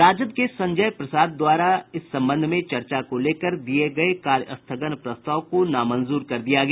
राजद के संजय प्रसाद द्वारा इस संबंध में चर्चा को लेकर दिये गये कार्यस्थगन प्रस्ताव को नामंजूर कर दिया गया